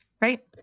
right